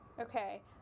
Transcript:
Okay